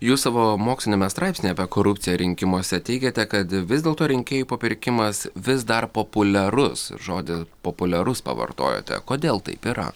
jūs savo moksliniame straipsnyje apie korupciją rinkimuose teigiate kad vis dėlto rinkėjų papirkimas vis dar populiarus žodį populiarus pavartojote kodėl taip yra